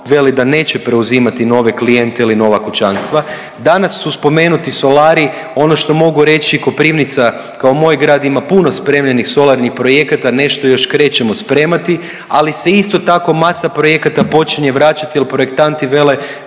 veli da neće preuzimati nove klijente ili nova kućanstva. Danas su spomenuti solari, ono što mogu reći, Koprivnica, kao moj grad, ima puno spremljenih solarnih projekata, nešto još krećemo spremati, ali se isto tako, masa projekata počinje vraćati jer projektanti vele